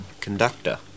conductor